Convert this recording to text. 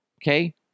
Okay